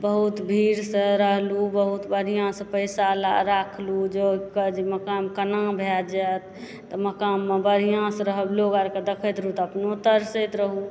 बहुत भीड़संँ रहलहुँ बहुत बढ़िआँसँ पैसा राखलहुँ जोगि कऽ जे मकान कोना भए जाए तऽ मकानमे बढ़िआँसँ लोग आरके देखैत रहौ तऽ अपनो तरसैत रहौ